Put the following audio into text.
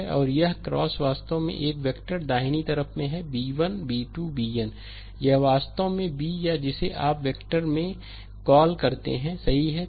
और यह x वास्तव में 1 वेक्टर दाहिनी तरफ में है b 1 b 2 bn यह वास्तव में b या जिसे आप 1 वेक्टर में कॉल करते हैं सही है